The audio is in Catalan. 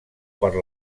per